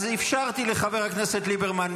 אז אפשרתי לחבר הכנסת ליברמן,